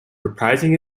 reprising